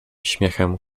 śmiechem